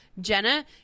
Jenna